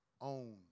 own